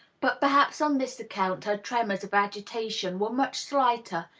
but per haps on this account her tremors of agitation were much slighter,